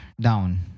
down